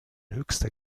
höchster